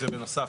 זה בנוסף.